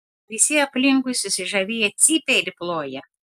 visi aplinkui susižavėję cypia ir ploja